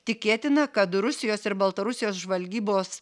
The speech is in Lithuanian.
tikėtina kad rusijos ir baltarusijos žvalgybos